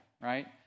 right